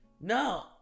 No